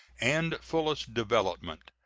and fullest development.